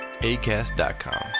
ACAST.com